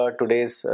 today's